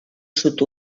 sud